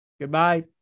Goodbye